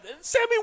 Sammy